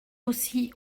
aussi